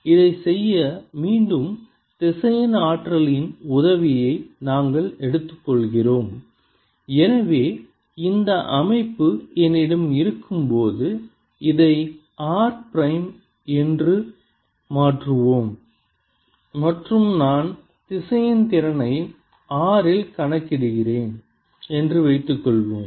இதைச் செய்ய மீண்டும் திசையன் ஆற்றலின் உதவியை நாங்கள் எடுத்துக்கொள்கிறோம் எனவே இந்த அமைப்பு என்னிடம் இருக்கும்போது இதை r பிரைம் என்று மாற்றுவோம் மற்றும் நான் திசையன் திறனை r இல் கணக்கிடுகிறேன் என்று வைத்துக்கொள்வோம்